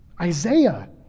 Isaiah